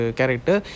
character